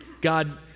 God